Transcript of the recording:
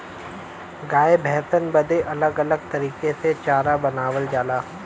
गाय भैसन बदे अलग अलग तरीके के चारा बनावल जाला